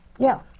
yeah,